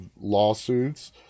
lawsuits